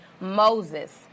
Moses